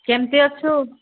କେମିତି ଅଛୁ